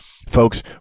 Folks